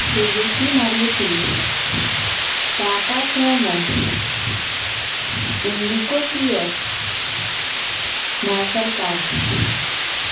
Suzuki Maruti Tata Sumo Indigo C S Marshal car